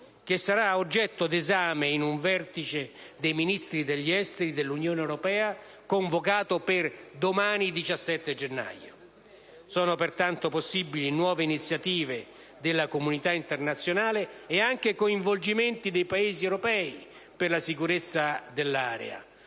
che sarà oggetto d'esame in un vertice dei Ministri degli affari esteri dell'Unione europea convocato per domani. Sono pertanto possibili nuove iniziative della comunità internazionale e coinvolgimenti dei Paesi europei per la sicurezza dell'area,